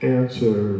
answer